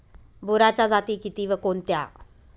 बोराच्या जाती किती व कोणत्या?